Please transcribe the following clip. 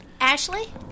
Ashley